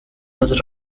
was